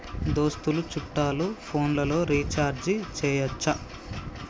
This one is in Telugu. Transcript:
దోస్తులు చుట్టాలు ఫోన్లలో రీఛార్జి చేయచ్చా?